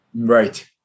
Right